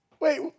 Wait